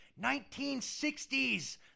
1960s